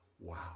Wow